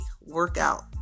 workout